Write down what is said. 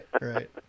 right